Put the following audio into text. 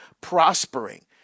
prospering